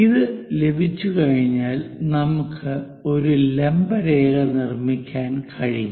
അത് ലഭിച്ചുകഴിഞ്ഞാൽ നമുക്ക് ഒരു ലംബ രേഖ നിർമ്മിക്കാൻ കഴിയും